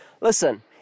listen